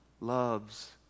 loves